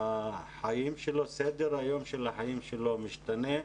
החיים שלו וסדר היום של החיים שלו משתנה,